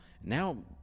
now